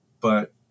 but-